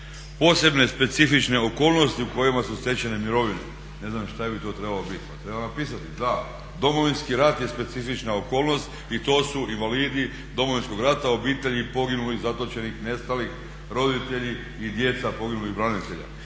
Posebne specifične okolnosti u kojima su stečene mirovine, ne znam šta bi to trebalo biti. Pa treba napisati, da Domovinski rat je specifična okolnost i to su invalidi Domovinskog rata, obitelji poginulih, zatočenih, nestalih, roditelji i djeca poginulih branitelja.